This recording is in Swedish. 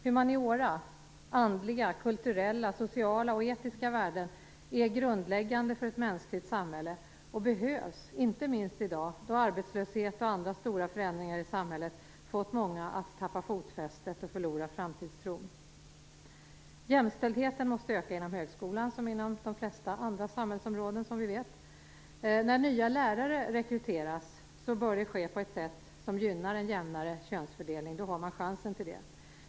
Humaniora - andliga, kulturella, sociala och etiska värden - är grundläggande för ett mänskligt samhälle och behövs inte minst i dag, då arbetslöshet och andra stora förändringar i samhället fått många att tappa fotfästet och förlora framtidstron. Jämställdheten måste öka inom högskolan som inom de flesta andra samhällsområden. När nya lärare rekryteras bör det ske på ett sådant sätt att det gynnar en jämnare könsfördelning. Då har man chansen.